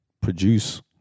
produce